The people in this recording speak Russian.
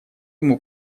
ему